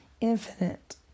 infinite